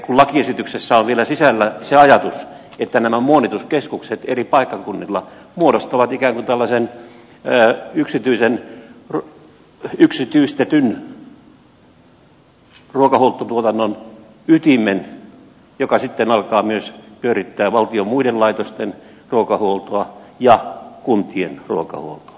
ja lakiesityksessä on vielä sisällä se ajatus että nämä muonituskeskukset eri paikkakunnilla muodostavat ikään kuin tällaisen yksityisen yksityistetyn ruokahuoltotuotannon ytimen joka sitten alkaa myös pyörittää valtion muiden laitosten ruokahuoltoa ja kuntien ruokahuoltoa